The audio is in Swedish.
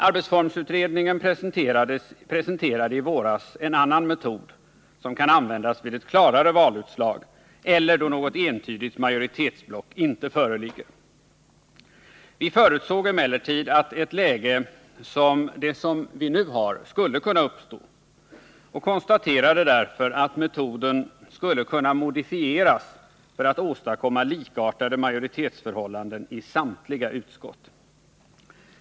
Arbetsformsutredningen presenterade i våras en annan metod, som kan användas vid ett klarare valutslag eller då något entydigt majoritetsblock inte förefinns. Vi förutsåg i utredningen emellertid att ett läge som det vi nu har skulle kunna uppstå och konstaterade därför, att metoden skulle kunna modifieras för att åstadkomma likartade majoritetsförhållanden i samtliga utskott.